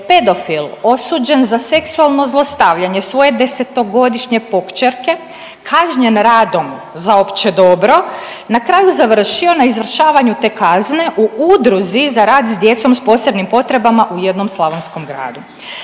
pedofil osuđen za seksualno zlostavljanje svoje 10-godišnje pokćerke, kažnjen radom za opće dobro, na kraju završio na izvršavanju te kazne u Udruzi za rad s djecom s posebnim potrebama u jednom slavonskom gradu.